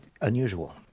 unusual